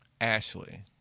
Ashley